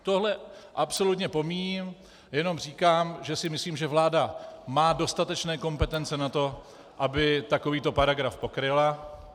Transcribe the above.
Tohle absolutně pomíjím, jen říkám, že si myslím, že vláda má dostatečné kompetence na to, aby takovýto paragraf pokryla.